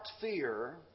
fear